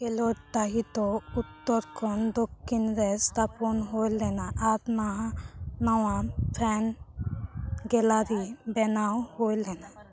ᱠᱷᱮᱞᱳᱰ ᱰᱟᱺᱦᱤ ᱫᱚ ᱩᱛᱛᱚᱨ ᱠᱷᱚᱱ ᱫᱚᱠᱷᱤᱱ ᱨᱮ ᱛᱷᱟᱯᱚᱱ ᱦᱩᱭᱞᱮᱱᱟ ᱟᱨ ᱱᱚᱶᱟ ᱯᱷᱮᱱ ᱜᱮᱞᱟᱨᱤ ᱵᱮᱱᱟᱣ ᱦᱩᱭ ᱞᱮᱱᱟ